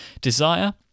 desire